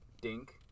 Dink